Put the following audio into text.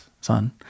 son